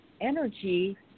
energy